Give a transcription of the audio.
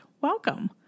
welcome